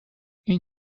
این